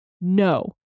No